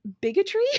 bigotry